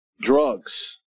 Drugs